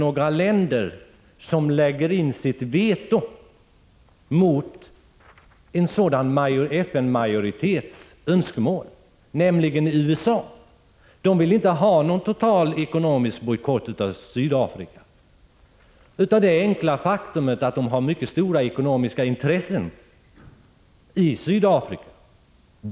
1985/86:140 det några länder som lägger in sitt veto mot denna FN-majoritets önskemål, 14 maj 1986 bl.a. USA. Förenta Staterna vill inte ha någon total ekonomisk bojkott av j Ra Svenska fö. Sydafrika, av det enkla skälet att USA:s multinationella företag har mycket RE stora ekonomiska intressen i Sydafrika.